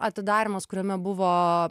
atidarymas kuriame buvo